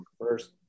first